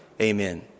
Amen